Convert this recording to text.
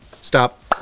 Stop